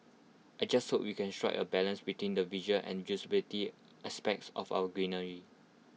I just hope we can strike A balance between the visual and usability aspects of our greenery